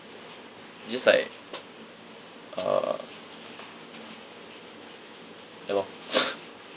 just like uh ya lor